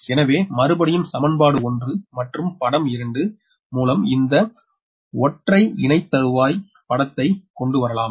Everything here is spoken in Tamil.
எனவே மறுபடியும் சமன்பாடு 1 மற்றும் படம் 2 மூலம் இந்த ஒற்றைஇணைத்தருவாய் படத்தை கொண்டுவரலாம்